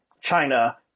china